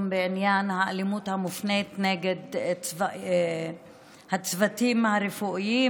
בעניין האלימות המופנית נגד הצוותים הרפואיים,